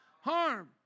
Harm